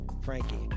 Frankie